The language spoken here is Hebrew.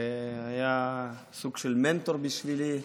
שהיה סוג של מנטור בשבילי,